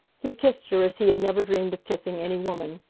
he kissed her as he had never dreamed of kissing any woman.